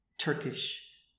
Turkish